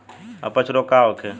अपच रोग का होखे?